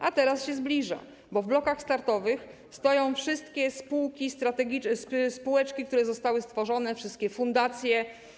A teraz się zbliża, bo w blokach startowych stoją wszystkie spółki, spółeczki, które zostały stworzone, wszystkie fundacje.